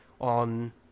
on